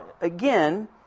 again